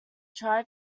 tribe